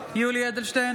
(קוראת בשמות חברי הכנסת) יולי יואל אדלשטיין,